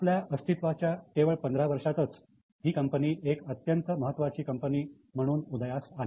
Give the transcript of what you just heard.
आपल्या अस्तित्वाच्या केवळ पंधरा वर्षातच ही कंपनी एक अत्यंत महत्त्वाची कंपनी म्हणून उदयास आली